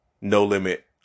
no-limit